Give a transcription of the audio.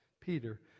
Peter